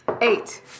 Eight